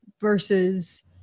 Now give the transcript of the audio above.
versus